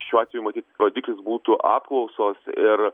šiuo atveju matyt rodikis būtų apklausos ir